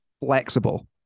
flexible